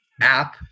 app